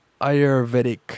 Ayurvedic